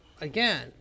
again